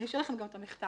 אני אשאיר לכם גם את המכתב.